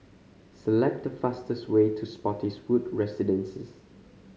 select the fastest way to Spottiswoode Residences